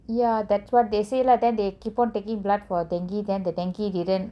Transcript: ya that's what they say lah then they keep on taking blood for dengue then the dengue didn't